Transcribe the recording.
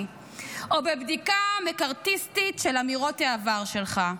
או בבדיקה מקרתיסטית של אמירות העבר שלך.